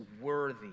worthy